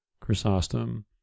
Chrysostom